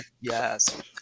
Yes